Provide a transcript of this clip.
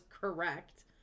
correct